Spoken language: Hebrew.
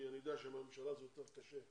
אני יודע שמהממשלה זה יותר קשה,